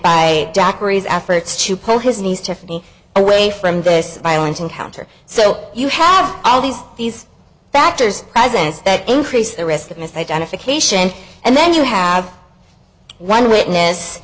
daiquiris efforts to pull his knees tiffany away from this violent encounter so you have all these these factors presence that increase the risk of mis identification and then you have one witness